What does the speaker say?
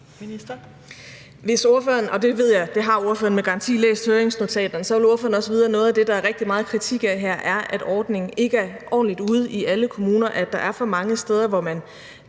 høringsnotaterne – og det ved jeg at ordføreren med garanti har – så vil ordføreren også vide, at noget af det, der er rigtig meget kritik af her, er, at ordningen ikke er ordentligt ude i alle kommuner, at der er for mange steder, hvor man